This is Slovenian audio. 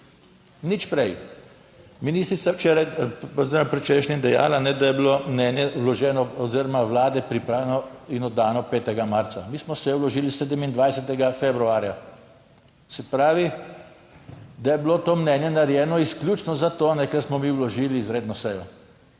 Nič prej. Ministrica je včeraj oziroma predvčerajšnjim dejala, da je bilo mnenje vloženo oziroma Vlade pripravljeno in oddano 5. marca. Mi smo sejo vložili 27. februarja, se pravi, da je bilo to mnenje narejeno izključno zato, ker smo mi vložili izredno sejo.